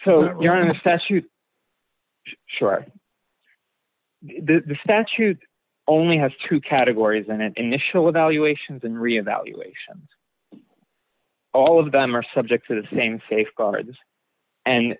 if you're in the statute sure the statute only has two categories in it initial evaluations and reevaluation all of them are subject to the same safeguards and